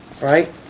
Right